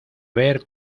ver